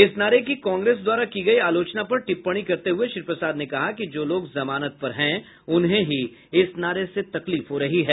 इस नारे की कांग्रेस द्वारा की गई आलोचना पर टिप्पणी करते हुए श्री प्रसाद ने कहा कि जो लोग जमानत पर हैं उन्हें ही इस नारे से तकलीफ हो रही है